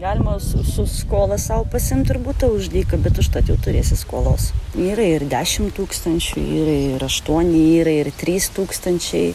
galima su su skola sau pasiimt ir butą už dyka bet užtat jau turėsi skolos yra ir dešim tūkstančių yra ir aštuoni yra ir trys tūkstančiai